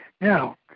now